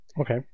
Okay